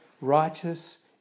righteous